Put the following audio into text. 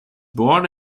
born